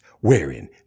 wherein